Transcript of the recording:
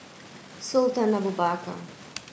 Sultan Abu Bakar